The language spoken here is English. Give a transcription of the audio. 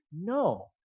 No